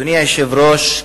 אדוני היושב-ראש,